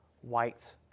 white